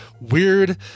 weird